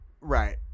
Right